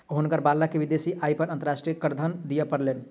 हुनकर बालक के विदेशी आय पर अंतर्राष्ट्रीय करधन दिअ पड़लैन